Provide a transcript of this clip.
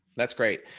that's great.